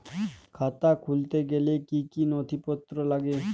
খাতা খুলতে গেলে কি কি নথিপত্র লাগে?